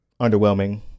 underwhelming